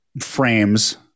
frames